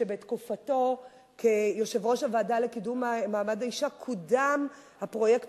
שבתקופתו כיושב-ראש הוועדה לקידום מעמד האשה קודם הפרויקט